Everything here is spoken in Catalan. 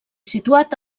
situat